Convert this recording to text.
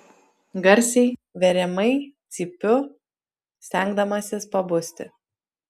garsiai veriamai cypiu stengdamasis pabusti